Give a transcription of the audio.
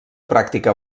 pràctica